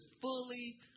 fully